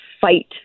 fight